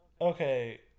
okay